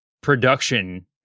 production